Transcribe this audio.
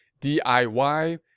diy